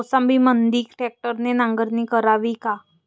मोसंबीमंदी ट्रॅक्टरने नांगरणी करावी का?